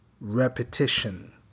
Repetition